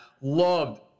Loved